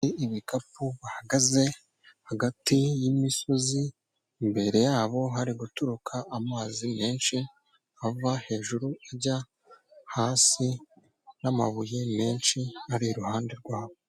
Ibikapu bahagaze hagati y'imisozi, imbere yabo hari guturuka amazi menshi ava hejuru ajya hasi n'amabuye menshi ari iruhande rwabo.